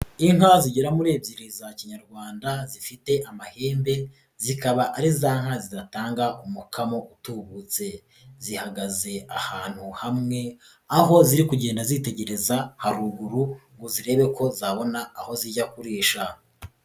Inka zigera muri ebyiri za kinyarwanda zifite amahembe, zikaba ari za nka zidatanga umukamo utubutse, zihagaze ahantu hamwe aho ziri kugenda zitegereza haruguru ngo zirebe ko twabona aho zijya kurisha.